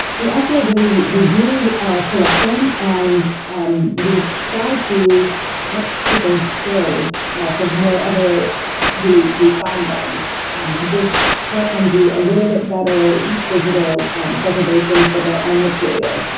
we also really we do collecting, and um we try to up people's skills from wherever we find them um to just help them do a little bit better digital preservation for their own materials.